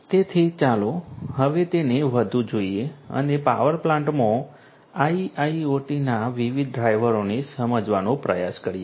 તેથી ચાલો હવે તેને વધુ જોઈએ અને પાવર પ્લાન્ટમાં IIoT ના વિવિધ ડ્રાઈવરોને સમજવાનો પ્રયાસ કરીએ